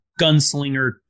gunslinger